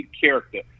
character